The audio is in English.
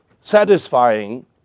satisfying